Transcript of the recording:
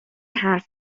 حرف